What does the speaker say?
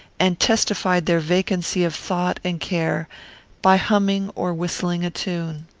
and testified their vacancy of thought and care by humming or whistling a tune.